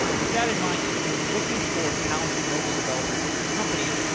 with that in mind, if you're looking for talented mobile developers for your company,